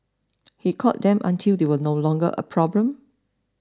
he caught them until they were no longer a problem